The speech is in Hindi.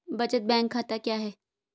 बचत बैंक खाता क्या है?